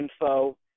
info